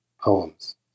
poems